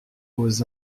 aux